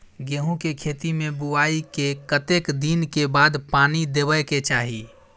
गेहूँ के खेती मे बुआई के कतेक दिन के बाद पानी देबै के चाही?